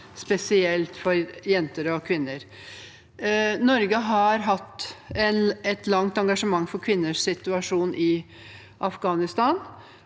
spesielt for jenter og kvinner. Norge har hatt et langt engasjement for kvinners situasjon i Afghanistan.